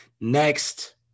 next